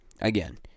again